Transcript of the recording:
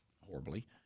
horribly